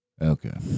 Okay